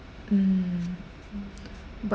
mm but